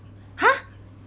!huh!